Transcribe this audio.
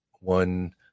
one